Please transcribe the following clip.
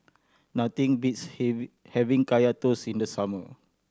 nothing beats having Kaya Toast in the summer